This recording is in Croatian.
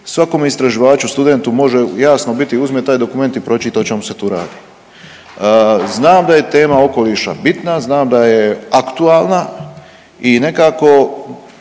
svakom istraživaču studentu može jasno biti uzme taj dokument i pročita o čemu se tu radi. Znam da je tema okoliša bitna, znam da je aktualna i nekako